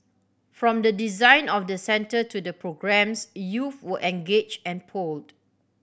from the design of the centre to the programmes youth were engaged and polled